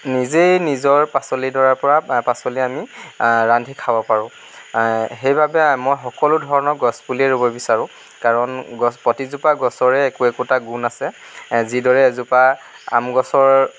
নিজেই নিজৰ পাচলিডৰাৰ পৰা পাচলি আনি ৰান্ধি খাব পাৰোঁ সেইবাবে মই সকলো ধৰণৰ গছ পুলিয়েই ৰুব বিচাৰোঁ কাৰণ প্ৰতিজোপা গছৰে একো একোটা গুণ আছে যিদৰে এজোপা আম গছৰ